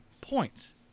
points